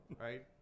right